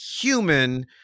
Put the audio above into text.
human